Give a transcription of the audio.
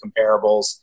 comparables